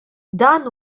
dan